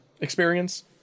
experience